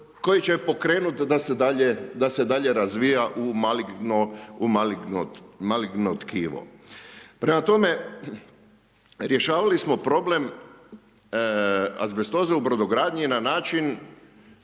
koja će pokrenuti da se dalje razvija u maligno tkivo. Prema tome, rješavali smo problem azbestoze u Brodogradnji na način